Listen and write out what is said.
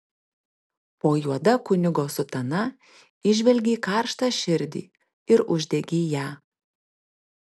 po juoda kunigo sutana įžvelgei karštą širdį ir uždegei ją